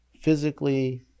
physically